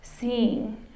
seeing